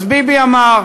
אז ביבי אמר.